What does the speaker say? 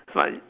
like